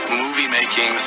movie-making